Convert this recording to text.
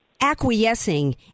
acquiescing